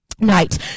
night